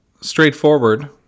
straightforward